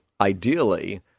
ideally